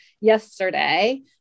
yesterday